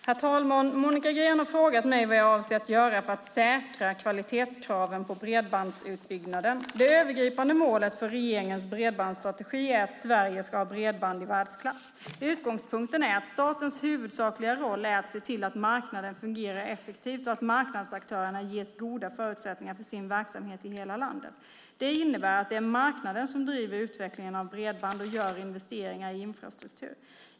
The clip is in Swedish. Herr talman! Monica Green har frågat mig vad jag avser att göra för att säkra kvalitetskraven på bredbandsutbyggnaden. Det övergripande målet för regeringens bredbandsstrategi är att Sverige ska ha bredband i världsklass. Utgångspunkten är att statens huvudsakliga roll är att se till att marknaden fungerar effektivt och att marknadsaktörerna ges goda förutsättningar för sin verksamhet i hela landet. Det innebär att det är marknaden som driver utvecklingen av bredband och gör investeringar i infrastruktur.